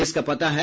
इसका पता है